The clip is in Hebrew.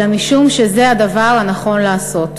אלא משום שזה הדבר הנכון לעשות.